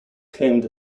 claimed